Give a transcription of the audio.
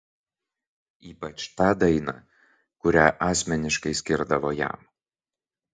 ypač tą dainą kurią asmeniškai skirdavo jam